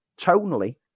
tonally